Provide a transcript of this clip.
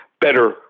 better